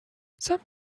some